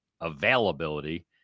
availability –